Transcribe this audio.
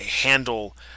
handle